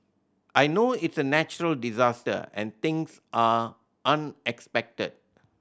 I know it's a natural disaster and things are unexpected